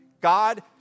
God